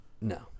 No